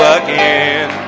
again